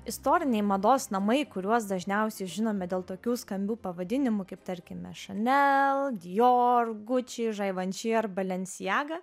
istoriniai mados namai kuriuos dažniausiai žinome dėl tokių skambių pavadinimų kaip tarkime chanel dior guci givency ar balencijaga